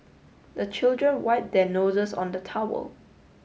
the children wipe their noses on the towel